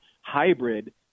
hybrid